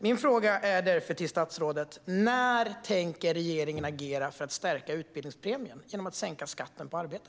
Min fråga till statsrådet är därför: När tänker regeringen agera för att stärka utbildningspremien genom att sänka skatten på arbete?